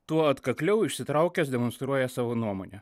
tuo atkakliau išsitraukęs demonstruoja savo nuomonę